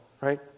right